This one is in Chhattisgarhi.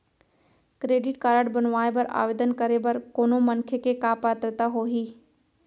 क्रेडिट कारड बनवाए बर आवेदन करे बर कोनो मनखे के का पात्रता होही?